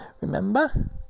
remember